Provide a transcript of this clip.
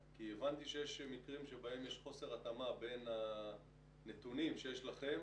כי הבנתי שיש מקרים שבהם יש חוסר התאמה בין הנתונים שיש לכם